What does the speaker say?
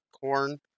corn